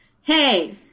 Hey